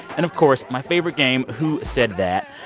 and of course, my favorite game, who said that?